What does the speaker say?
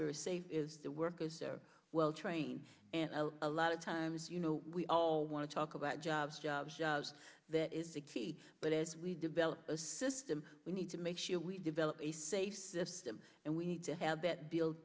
very safe is the workers are well trained and a lot of times you know we all want to talk about jobs jobs jobs that is the key but as we develop a system we need to make sure we develop a safe and we need to have that built